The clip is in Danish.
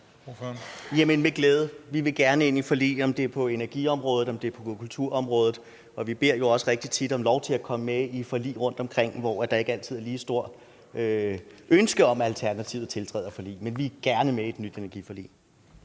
vil vi med glæde. Vi vil gerne ind i forlig, om det er på energiområdet eller om det er på kulturområdet, og vi beder jo også rigtig tit om lov til at komme med i forlig rundtomkring, hvor der ikke altid er et lige stort ønske om, at Alternativet tiltræder forlig. Men vi er gerne med i et nyt energiforlig.